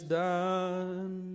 done